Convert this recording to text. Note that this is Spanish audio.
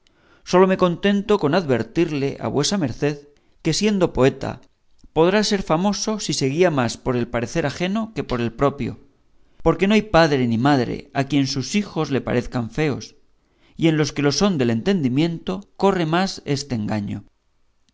sólo me contento con advertirle a vuesa merced que siendo poeta podrá ser famoso si se guía más por el parecer ajeno que por el propio porque no hay padre ni madre a quien sus hijos le parezcan feos y en los que lo son del entendimiento corre más este engaño